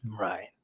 Right